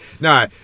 No